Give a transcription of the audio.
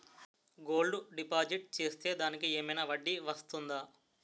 Gold deposit చేస్తే దానికి ఏమైనా వడ్డీ వస్తుందా?